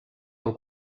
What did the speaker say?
del